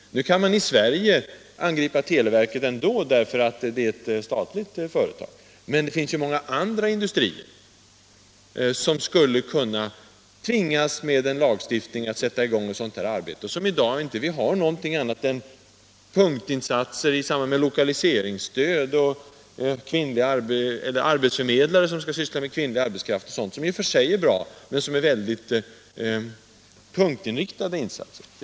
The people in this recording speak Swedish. Nu kan man ändå styra televerket här i Sverige, därför att det är ett statligt företag, men det finns ju många andra industrier, som med en lagstiftning skulle kunna tvingas att sätta i gång ett sådant här arbete. I dag är det inte fråga om annat än punktinsatser i samband med lokaliseringsstöd och arbetsförmedlare som skall syssla med kvinnlig arbetskraft och sådant, något som i och för sig är bra men som inte på samma sätt som en lagstiftning kan täcka hela arbetslivet.